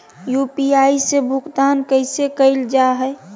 UPI से भुगतान कैसे कैल जहै?